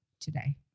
today